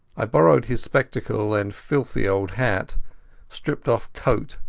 i borrowed his spectacles and filthy old hat stripped off coat,